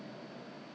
I won a